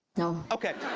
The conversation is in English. no. okay.